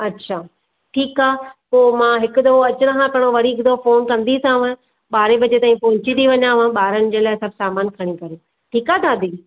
अच्छा ठीकु आहे पोइ मां हिकु दफ़ो अचणु खां पहिरियों वरी हिकु दफ़ो फोन कंदीसांव ॿारहें बजे ताईं पहुची थी वञांव ॿारनि जे लाइ सभु सामान खणी करे ठीकु आहे दादी